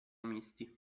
misti